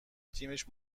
تیمش